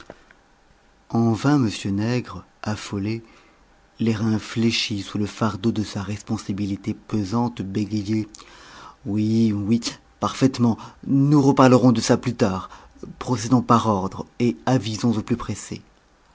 en vain m nègre affolé les reins fléchis sous le fardeau de sa responsabilité pesante bégayait oui oui parfaitement nous reparlerons de ça plus tard procédons par ordre et avisons au plus pressé